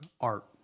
art